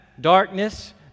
darkness